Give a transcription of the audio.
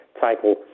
title